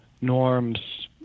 norms